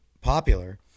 popular